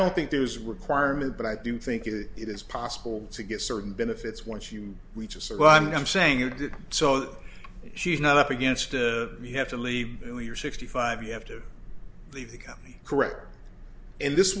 don't think there is requirement but i do think it is possible to get certain benefits once you reach a surviving i'm saying you did so she's not up against the you have to leave your sixty five you have to leave the company correct and this